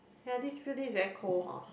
ya these few days very cold horn